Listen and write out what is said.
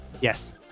yes